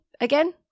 again